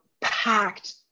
packed